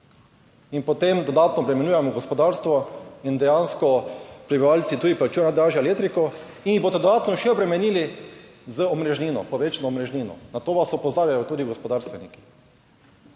in potem dodatno obremenjujemo gospodarstvo in dejansko prebivalci tudi plačujejo dražjo elektriko in jih boste še dodatno obremenili s povečano omrežnino. Na to vas opozarjajo tudi gospodarstveniki.